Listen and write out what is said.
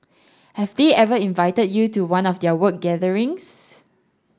have they ever invited you to one of their work gatherings